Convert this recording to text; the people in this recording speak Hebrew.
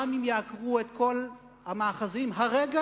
גם אם יעקרו את כל המאחזים הרגע,